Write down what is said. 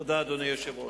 אדוני היושב-ראש.